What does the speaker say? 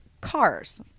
cars